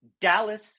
Dallas